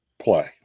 play